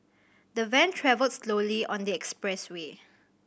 the van travelled slowly on the expressway